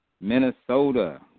Minnesota